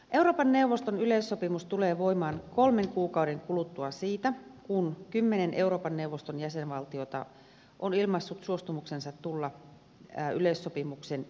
euroopan neuvoston yleissopimus tulee voimaan kolmen kuukauden kuluttua siitä kun kymmenen euroopan neuvoston jäsenvaltiota on ilmaissut suostumuksensa tulla yleissopimuksen sitomaksi